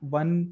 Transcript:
one